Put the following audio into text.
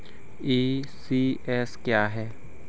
ECS क्या है?